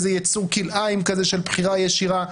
איזה יצור כלאיים כזה של בחירה ישירה.